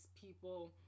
people